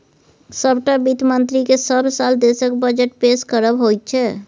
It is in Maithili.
सभटा वित्त मन्त्रीकेँ सभ साल देशक बजट पेश करब होइत छै